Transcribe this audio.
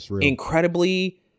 incredibly